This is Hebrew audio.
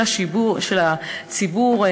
של הציבור,